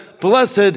blessed